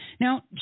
now